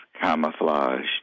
camouflaged